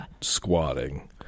squatting